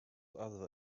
other